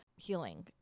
healing